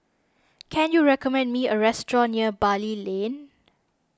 can you recommend me a restaurant near Bali Lane